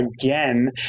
again